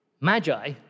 Magi